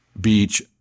beach